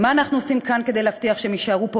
ומה אנחנו עושים כאן כדי להבטיח שהם יישארו פה,